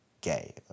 gay